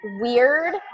weird